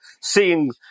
seeing